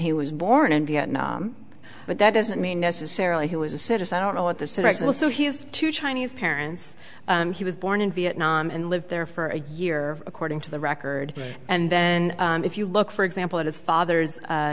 he was born in vietnam but that doesn't mean necessarily he was a citizen i don't know what the situation so he's two chinese parents he was born in vietnam and lived there for a year according to the record and then if you look for example at his father's